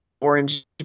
orange